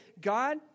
God